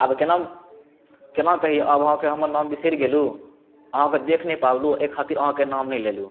आब केना केना कहि आब अहाँकेॅं हम नाम बिसरि गेलहुँ अहाँकेॅं देख नहि पाबलहुँ एहि खातिर अहाँकेॅं नाम नहि लेलहुँ